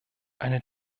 eine